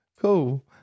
Cool